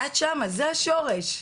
מייעץ להקים פורומים,